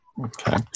Okay